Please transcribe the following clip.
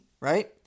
right